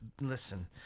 listen